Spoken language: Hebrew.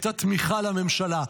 את התמיכה לממשלה,